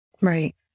Right